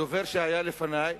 הדובר שהיה לפני,